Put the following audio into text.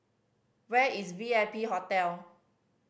where is V I P Hotel